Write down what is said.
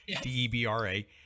D-E-B-R-A